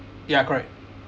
ya correct